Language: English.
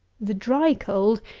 the dry cold,